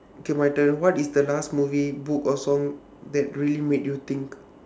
okay my turn what is the last movie book or song that really made you think